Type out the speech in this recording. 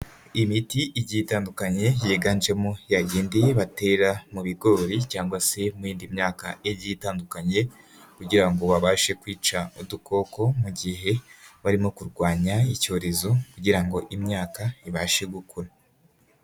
Imiti igiye itandukanye yiganjemo yagiyebatera mu bigori cyangwa se muyindi myaka igiye itandukanye kugira ngo babashe kwica udukoko mu gihe barimo kurwanya icyorezo kugira ngo imyaka ibashe gukura.